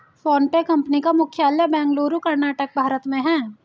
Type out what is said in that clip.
PhonePe company का मुख्यालय बेंगलुरु कर्नाटक भारत में है